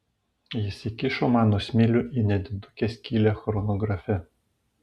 jis įkišo mano smilių į nedidukę skylę chronografe